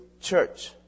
church